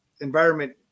environment